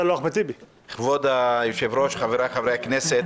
כבוד היושב-ראש, חבריי חברי הכנסת,